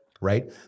Right